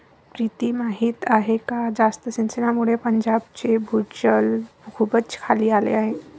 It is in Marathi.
प्रीती माहीत आहे का जास्त सिंचनामुळे पंजाबचे भूजल खूपच खाली आले आहे